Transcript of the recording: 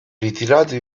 ritirati